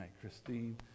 Christine